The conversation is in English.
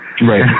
Right